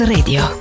Radio